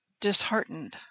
disheartened